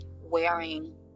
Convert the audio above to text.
wearing